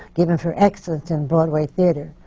given for excellence in broadway theatre.